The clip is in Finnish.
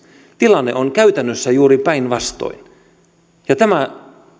tilanne on käytännössä juuri päinvastoin tämä